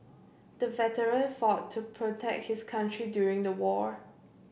the veteran fought to protect his country during the war